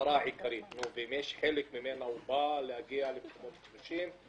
המטרה העיקרית שהוא בא למקומות קדושים,